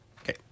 Okay